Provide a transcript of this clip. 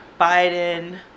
Biden